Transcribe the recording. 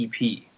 EP